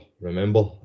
remember